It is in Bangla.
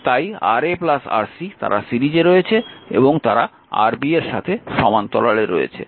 এবং তাই Ra Rc তারা সিরিজে রয়েছে এবং তারা Rb এর সাথে সমান্তরালে রয়েছে